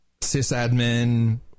sysadmin